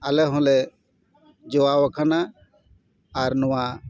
ᱟᱞᱮ ᱦᱚᱸᱞᱮ ᱡᱚᱣᱟᱣ ᱟᱠᱟᱱᱟ ᱟᱨ ᱱᱚᱣᱟ